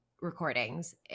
recordings